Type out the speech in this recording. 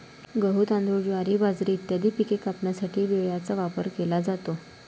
गहू, तांदूळ, ज्वारी, बाजरी इत्यादी पिके कापण्यासाठी विळ्याचा वापर केला जातो